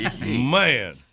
Man